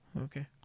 Okay